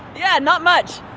yeah, not much